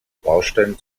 baustellen